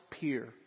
peer